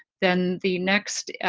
then the next,